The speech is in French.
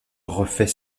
refait